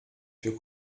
più